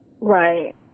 Right